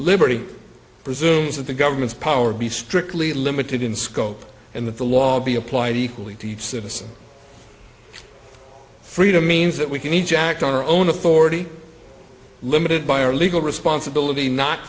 liberty presumes that the government's power be strictly limited in scope and that the law be applied equally to each citizen freedom means that we can each act on our own authority limited by our legal responsibility not